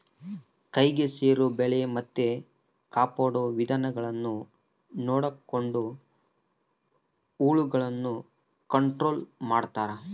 ಕೈಗೆ ಸೇರೊ ಬೆಳೆ ಮತ್ತೆ ಕಾಪಾಡೊ ವಿಧಾನಗುಳ್ನ ನೊಡಕೊಂಡು ಹುಳಗುಳ್ನ ಕಂಟ್ರೊಲು ಮಾಡ್ತಾರಾ